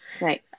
Right